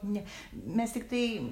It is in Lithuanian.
ne mes tiktai